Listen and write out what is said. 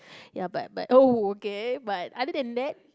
ya but but uh okay but other than that